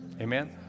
Amen